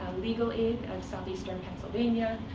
legal aid of southeastern pennsylvania,